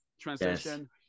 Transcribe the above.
Transition